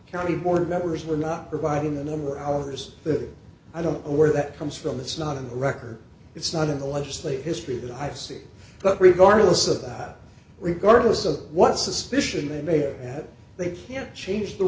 county board members were not providing the number of hours that i don't know where that comes from it's not in the record it's not in the legislative history that i see but regardless of that regardless of what suspicion i may have they can't change the